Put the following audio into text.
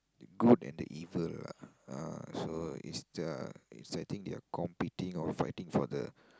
the good and the evil lah ah so is the I think they are competing or fighting for the